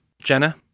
Jenna